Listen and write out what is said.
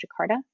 Jakarta